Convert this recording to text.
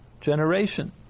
generation